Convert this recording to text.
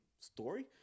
story